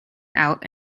out